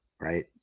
right